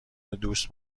دوست